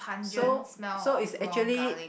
so so is actually